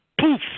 poof